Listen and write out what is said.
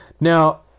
Now